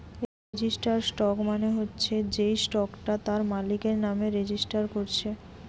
registered stock মানে হচ্ছে যেই স্টকটা তার মালিকের নামে রেজিস্টার কোরছে